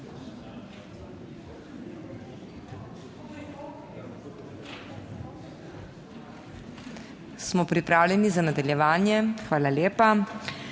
Smo pripravljeni za nadaljevanje? Hvala lepa.